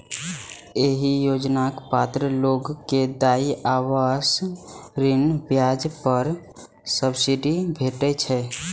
एहि योजनाक पात्र लोग कें देय आवास ऋण ब्याज पर सब्सिडी भेटै छै